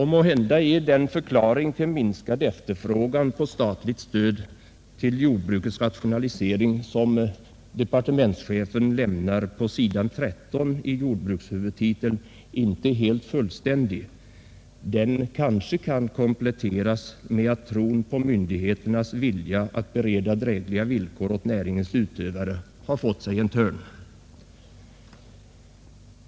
Måhända är den förklaring till minskad efterfrågan på statligt stöd till jordbrukets rationalisering som departementschefen lämnar på s. 13 i jordbrukshuvudtiteln inte helt fullständig. Den kanske bör kompletteras med att tron på myndigheternas vilja att bereda drägliga villkor åt näringens utövare har fått sig en törn.